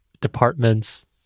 departments